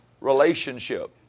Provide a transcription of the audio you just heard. relationship